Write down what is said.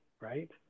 right